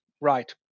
right